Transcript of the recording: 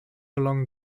along